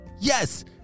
Yes